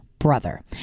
brother